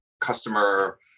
customer